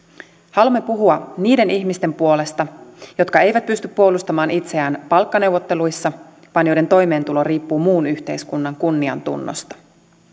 haluamme puhua niiden ihmisten puolesta jotka eivät pysty puolustamaan itseään palkkaneuvotteluissa vaan joiden toimeentulo riippuu muun yhteiskunnan kunniantunnosta